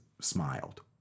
smiled